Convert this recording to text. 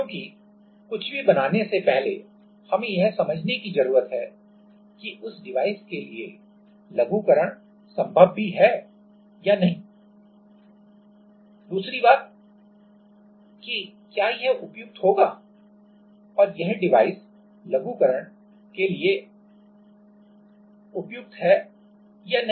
क्योंकि कुछ भी बनाने से पहले हमें यह समझने की जरूरत है कि उस डिवाइस के लिए लघुकरण संभव है या नहीं और दूसरी बात यह है कि क्या यह उपयुक्त होगा और यह डिवाइस लघुकरण miniaturization मिनिएचराइजेशन के लिए उपयुक्त है या नहीं